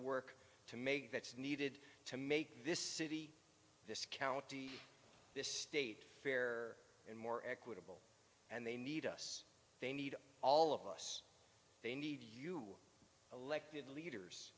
work to make that's needed to make this city this county this state fair and more equitable and they need us they need all of us they need you elected leaders